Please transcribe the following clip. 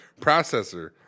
processor